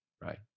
Right